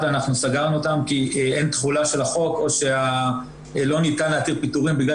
סגרנו 151 כי אין תחולה של החוק או שלא ניתן להתיר פיטורים מכיוון